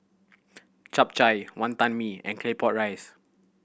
Chap Chai Wonton Mee and Claypot Rice